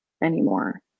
anymore